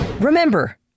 Remember